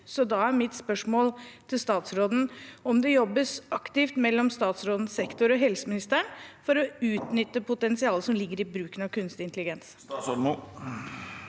Da er mitt spørsmål til statsråden: Jobbes det aktivt mellom statsrådens sektor og helseministeren for å utnytte potensialet som ligger i bruken av kunstig intelligens?